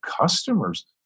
customers